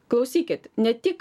klausykit ne tik